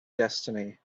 destiny